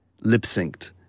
lip-synced